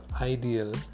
ideal